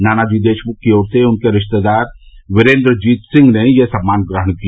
नानाजी देशमुख की ओर से उनके रिश्तेदार वीरेंद्रजीत सिंह ने ये सम्मान ग्रहण किया